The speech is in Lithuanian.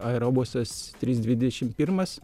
aerobusas trys dvidešim pirmas